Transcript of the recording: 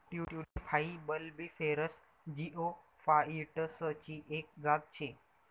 tulip हाई bulbiferous जिओफाइटसची एक जात शे